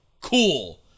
cool